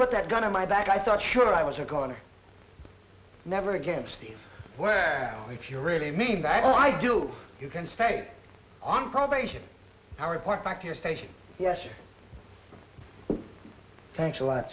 put that gun to my back i thought sure i was a corner never again see if you really mean bad i do you can stay on probation and report back to your station yes thanks a lot